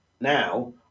now